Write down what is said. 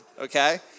okay